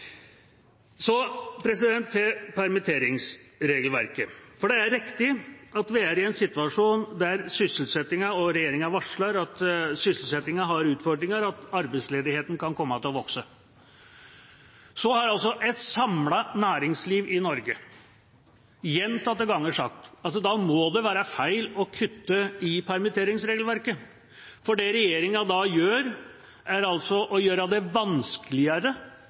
Så til permitteringsregelverket. Det er riktig – og regjeringa varsler – at vi er i en situasjon der vi har utfordringer med hensyn til sysselsettingen, og at arbeidsledigheten kan komme til å vokse. Et samlet næringsliv i Norge har gjentatte ganger sagt at da må det være feil å kutte i permitteringsregelverket, for det regjeringa da gjør, er å gjøre det vanskeligere